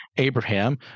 Abraham